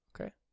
Okay